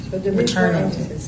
returning